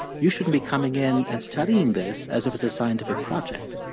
you shouldn't be coming in and studying this as if it's a scientific project